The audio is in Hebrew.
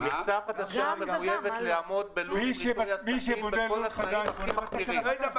מכסה חדשה מחויבת לעמוד בכל התנאים המחמירים.